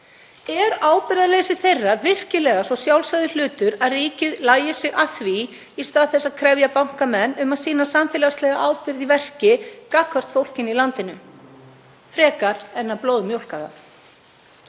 Er ábyrgðarleysi þeirra virkilega svo sjálfsagður hlutur að ríkið lagi sig að því í stað þess að krefja bankamenn um að sýna samfélagslega ábyrgð í verki gagnvart fólkinu í landinu, frekar en að blóðmjólka það?